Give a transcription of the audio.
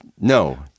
No